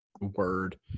word